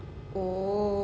oh